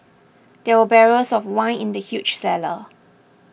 there were barrels of wine in the huge cellar